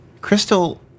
Crystal